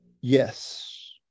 Yes